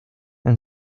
and